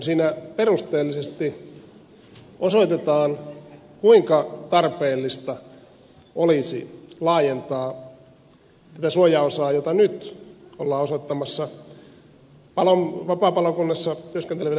siinä perusteellisesti osoitetaan kuinka tarpeellista olisi laajentaa tätä suojaosaa jota nyt ollaan osoittamassa vapaapalokunnassa työskenteleville palomiehille kaikille työttömille